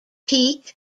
peak